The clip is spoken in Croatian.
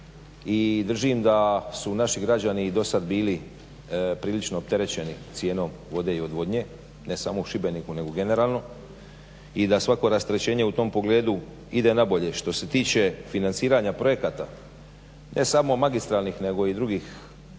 i držim da su i naši građani do sada bili prilično opterećeni cijenom vode i odvodnje, ne samo u Šibeniku nego generalno i da svako rasterećenje u tom pogledu ide na bolje. Što se tiče financiranja projekata ne samo magistralnih nego i drugih svi